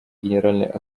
генеральной